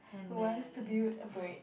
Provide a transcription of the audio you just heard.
who wants to build a brick